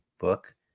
book